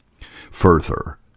Further